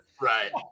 Right